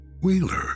Wheeler